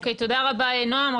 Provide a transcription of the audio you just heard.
תודה רבה, נעם.